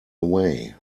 away